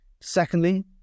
Secondly